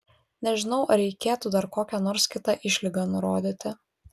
nežinau ar reikėtų dar kokią nors kitą išlygą nurodyti